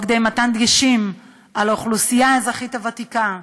בדגשים על האוכלוסייה הוותיקה,